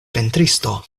pentristo